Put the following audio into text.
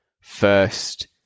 first